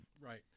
Right